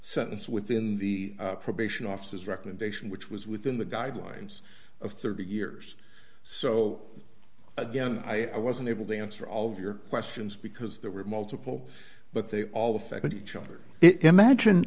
sentence within the probation officers recommendation which was within the guidelines of thirty years so again i wasn't able to answer all of your questions because there were multiple but they all affected each other it imagine